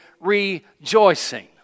rejoicing